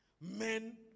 Men